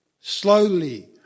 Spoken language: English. slowly